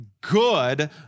good